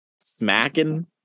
Smacking